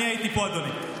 אני הייתי פה, אדוני.